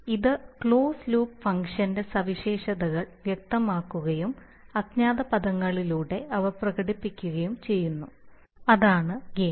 അതിനാൽ ഇത് closed loop ഫംഗ്ഷന്റെ സവിശേഷതകൾ വ്യക്തമാക്കുകയും അജ്ഞാത പദങ്ങളിലൂടെ അവ പ്രകടിപ്പിക്കുകയും ചെയ്യുന്നു അതാണ് ഗെയിൻ